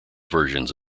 versions